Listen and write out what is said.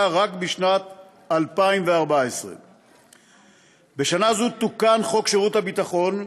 רק בשנת 2014. בשנה זאת תוקן חוק שירות ביטחון,